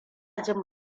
jin